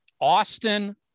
austin